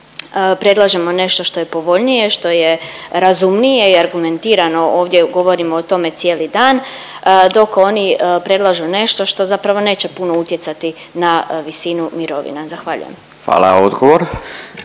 predlažemo nešto što je povoljnije, što je razumnije i argumentirano. Ovdje govorimo o tome cijeli dan, dok oni predlažu nešto što zapravo neće puno utjecati na visinu mirovina. Zahvaljujem. **Radin,